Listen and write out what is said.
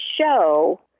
show